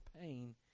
pain